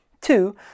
Two